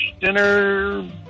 dinner